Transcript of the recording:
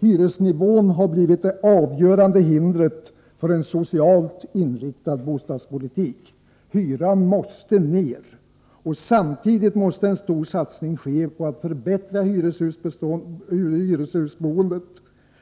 Hyresnivån har blivit det avgörande hindret för en socialt inriktad bostadspolitik. Hyran måste ner! Samtidigt måste en stor satsning ske på att förbättra hyreshusboendet.